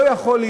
לא יכולה